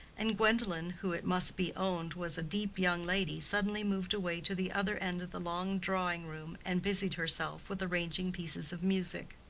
and gwendolen, who, it must be owned, was a deep young lady, suddenly moved away to the other end of the long drawing-room, and busied herself with arranging pieces of music.